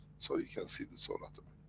so you can see the soul but